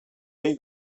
dei